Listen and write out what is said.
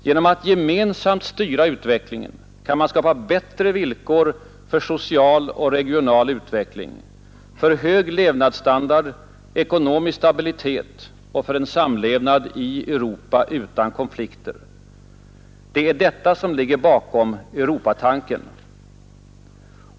Genom att gemensamt styra utvecklingen kan man skapa bättre villkor för social och regional utveckling, för hög levnadsstandard, ekonomisk stabilitet och samlevnad i Europa utan konflikter. Det är detta som ligger bakom Europatanken.